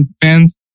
fans